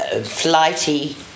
flighty